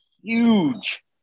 huge